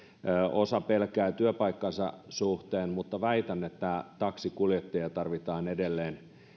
osa pelkää työpaikkansa suhteen mutta väitän että taksikuljettajia tarvitaan edelleen